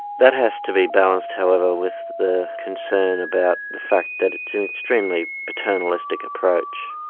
that has to be balanced however, with the concern about the fact that it's an extremely paternalistic approach,